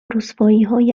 رسواییهای